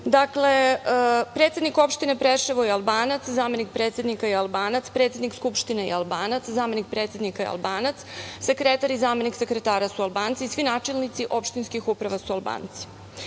Dakle, predsednik opštine Preševo je Albanac, zamenik predsednika je Albanac, predsednik skupštine je Albanac, zamenik predsednika je Albanac, sekretar i zamenik sekretara su Albanci, svi načelnici opštinskih uprava su Albanci.U